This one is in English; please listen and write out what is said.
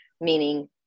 meaning